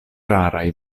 raraj